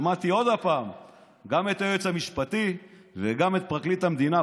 שמעתי שוב גם את היועץ המשפטי וגם את פרקליט המדינה,